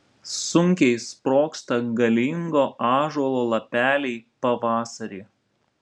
sunkiai sprogsta galingo ąžuolo lapeliai pavasarį